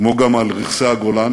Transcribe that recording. כמו גם על רכסי הגולן,